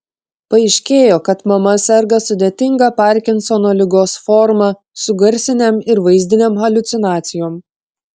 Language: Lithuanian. paaiškėjo kad mama serga sudėtinga parkinsono ligos forma su garsinėm ir vaizdinėm haliucinacijom